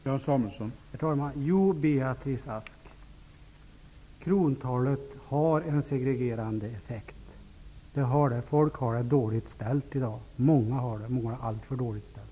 Herr talman! Jo, Beatrice Ask, krontalet har en segregerande effekt. Det har det. Folk har det dåligt ställt i dag. Många har det alltför dåligt ställt.